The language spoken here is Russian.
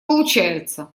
получается